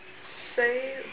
say